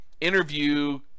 Interview